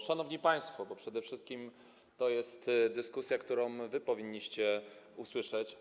Szanowni państwo, bo przede wszystkim to jest dyskusja, którą wy powinniście usłyszeć.